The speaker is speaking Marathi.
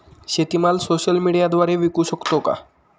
शेतीमाल सोशल मीडियाद्वारे विकू शकतो का?